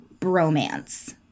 bromance